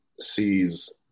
sees